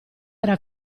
era